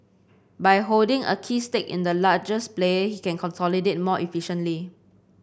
by holding a key stake in the largest player he can consolidate more efficiently